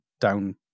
down